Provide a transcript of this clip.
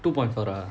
two point four ah